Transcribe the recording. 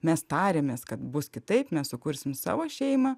mes tarėmės kad bus kitaip mes sukursim savo šeimą